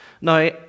Now